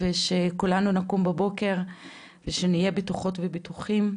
ושכולנו נקום בבוקר ושנהיה בטוחות ובטוחים.